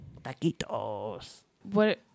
Taquitos